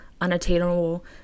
unattainable